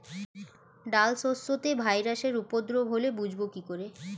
ডাল শস্যতে ভাইরাসের উপদ্রব হলে বুঝবো কি করে?